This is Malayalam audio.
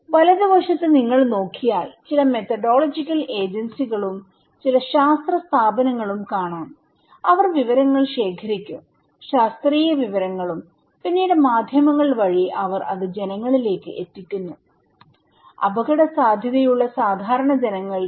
വലതുവശത്ത് നിങ്ങൾ നോക്കിയാൽചില മെത്തേഡോളജിക്കൽ ഏജൻസികളുംചില ശാസ്ത്ര സ്ഥാപനങ്ങളും കാണാംഅവർ വിവരങ്ങൾ ശേഖരിക്കും ശാസ്ത്രീയ വിവരങ്ങളുംപിന്നീട് മാധ്യമങ്ങൾ വഴി അവർ അത് ജനങ്ങളിലേക്ക് എത്തിക്കുന്നുഅപകടസാധ്യതയുള്ള സാധാരണ ജനങ്ങൾക്ക്